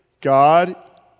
God